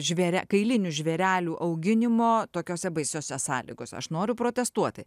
žvėre kailinių žvėrelių auginimo tokiose baisiose sąlygose aš noriu protestuoti